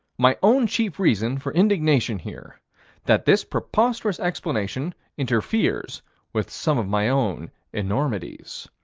my own chief reason for indignation here that this preposterous explanation interferes with some of my own enormities.